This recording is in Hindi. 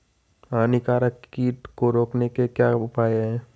हानिकारक कीट को रोकने के क्या उपाय हैं?